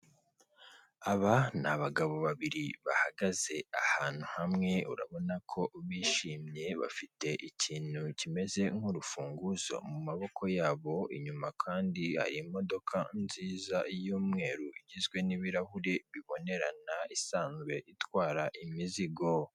Aba ni abagabo babiri bahagaze ahantu hamwe urabona ko bishimye bafite ikintu kimeze nk'urufunguzo mu maboko yabo, inyuma kandi hari imodoka nziza y'umweru igizwe n'ibirahuri bibonerana isanzwe itwara imizigo.